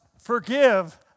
forgive